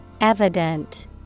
evident